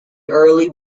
early